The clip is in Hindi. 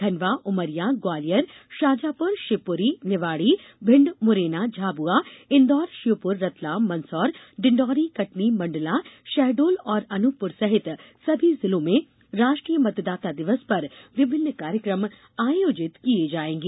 खंडवा उमरिया ग्वालियर शाजापुरशिवपुरी निवाड़ी भिंड मुरैना झाबुआ इन्दौर श्योपुर रतलाम मंदसौर डिण्डोरी कटनी मंडला शहडोल और अनूपपुर सहित सभी जिलों में राष्ट्रीय मतदाता दिवस पर विभिन्न कार्यक्रम आयोजित किये जायेंगे